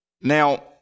Now